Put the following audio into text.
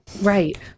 Right